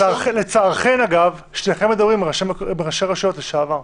לצערכן, אגב, אתן מדברות עם ראשי רשויות לשעבר,